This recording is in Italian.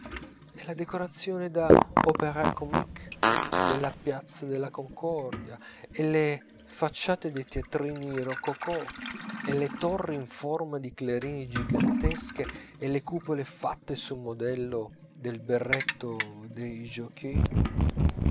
e la decorazione da opéra comique della piazza della concordia e le facciate dei teatrini rococò e le torri in forma di clarini giganteschi e le cupole fatte sul modello del berretto dei